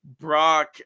Brock